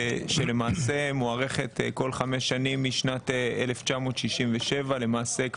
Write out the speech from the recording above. שלמעשה מוארכת כל חמש שנים משנת 1967. למעשה,